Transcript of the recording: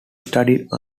studied